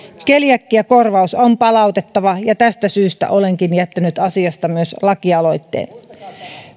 keliakiakorvaus on palautettava ja tästä syystä olenkin jättänyt asiasta myös lakialoitteen